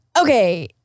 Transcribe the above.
okay